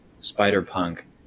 Spider-Punk